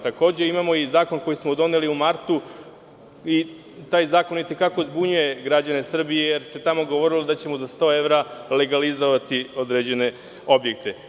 Takođe, imamo i zakon koji smo doneli u martu i taj zakon itekako zbunjuje građane Srbije, jer se tamo govorilo da ćemo za 100 evra legalizovati određene objekte.